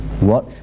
Watch